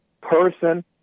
person